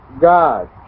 God